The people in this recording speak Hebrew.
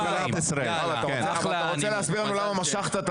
אתה רוצה להסביר לנו למה משכת את